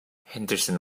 henderson